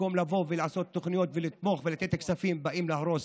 במקום לבוא ולעשות תוכניות ולתמוך ולתת כספים באים להרוס,